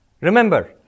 Remember